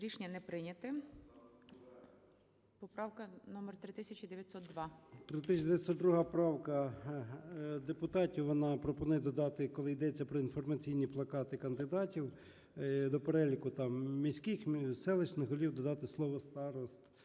Рішення не прийнято. Поправка номер - 3968.